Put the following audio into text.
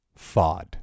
Fod